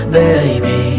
baby